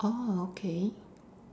orh okay